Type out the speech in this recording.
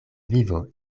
vivo